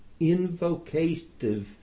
invocative